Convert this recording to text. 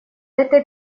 этой